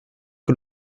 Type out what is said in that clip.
que